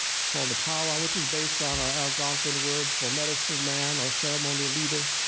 it's called a pow-wow, which is based on our algonquin word for medicine man or ceremonial leader.